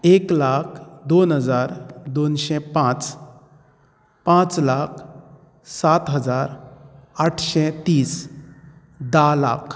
एक लाख दोन हजार दोनशें पांच पांच लाख सात हजार आठशें तीस धा लाख